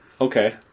Okay